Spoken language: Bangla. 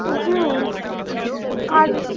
হ্যাঁ আর